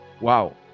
Wow